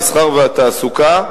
המסחר והתעסוקה,